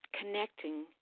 connecting